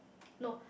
no